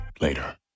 later